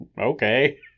Okay